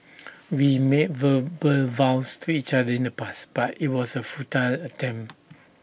we made verbal vows to each other in the past but IT was A futile attempt